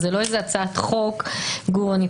וזה לא משנה כרגע מי באיזה צד, וברור איפה